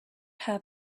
have